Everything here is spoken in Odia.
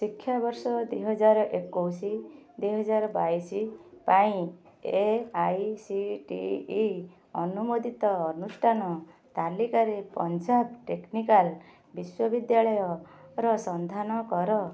ଶିକ୍ଷାବର୍ଷ ଦୁଇହଜାର ଏକୋଇଶି ଦୁଇ ହଜାର ବାଇଶି ପାଇଁ A I C T E ଅନୁମୋଦିତ ଅନୁଷ୍ଠାନ ତାଲିକାରେ ପଞ୍ଜାବ ଟେକ୍ନିକାଲ ବିଶ୍ୱବିଦ୍ୟାଳୟର ସନ୍ଧାନ କର